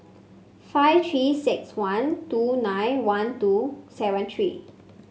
five Three six one two nine one two seven three